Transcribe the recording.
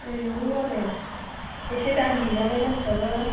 आयौ आरो एसे दामि नालाय मानसियाबो